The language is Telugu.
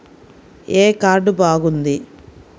ఏ కార్డు బాగుంది?